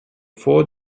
four